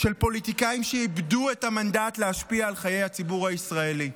של פוליטיקאים שאיבדו את המנדט להשפיע על חיי הציבור הישראלי.